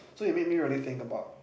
so it make me really think about